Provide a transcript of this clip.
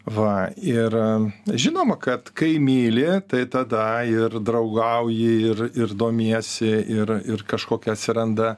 va ir žinoma kad kai myli tai tada ir draugauji ir ir domiesi ir ir kažkokie atsiranda